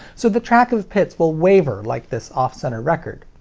so the track of pits will waver like this off-center record.